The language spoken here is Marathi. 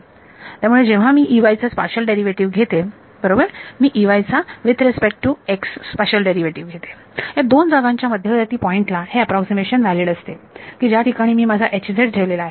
त्यामुळे जेव्हा मी चा स्पाशल डेरिव्हेटिव्ह घेते बरोबर मी चा with respect to x spatial derivative घेते या दोन जागांच्या मध्यवर्ती पॉईंटला हे अॅप्रॉक्सीमेशन व्हॅलिड असते की ज्या ठिकाणी मी माझा ठेवलेला आहे